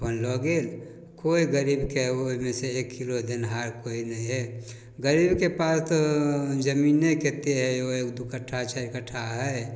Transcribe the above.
अपन लऽ गेल कोइ गरीबके ओहिमेसँ एक किलो देनिहार कोइ नहि हइ गरीबके पास तऽ जमीने कतेक हइ ओ एक दुइ कट्ठा चारि कट्ठा हइ